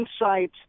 insight